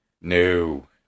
No